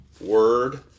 word